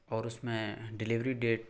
اور اس میں ڈیلیوری ڈیٹ